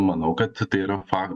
manau kad tai yra fak